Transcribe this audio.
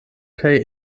kaj